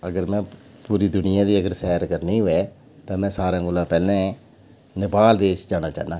अगर में पूरी दुनिया दी अगर सैर करनी होऐ तां में सारें कोला पैह्लें नेपाल देश जाना चाह्न्नां